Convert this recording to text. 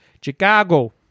chicago